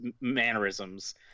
mannerisms